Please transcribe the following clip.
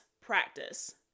practice